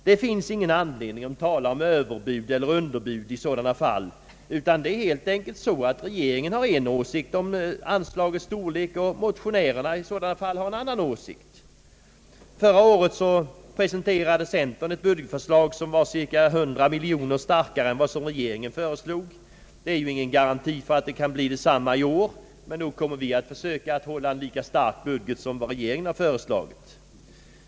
Det finns ingen anledning att tala om övereller underbud i sådana fall, utan det är helt enkelt så att regeringen har en åsikt om anslagets storlek och motionärerna har en annan. Förra året presenterade centern ett budgetförslag som var cirka 100 miljoner kronor starkare än det som regeringen föreslog. Det är ju ingen garanti för att resultatet blir detsamma i år, men vi kommer nog att försöka presentera en lika stark budget som re geringen har föreslagit.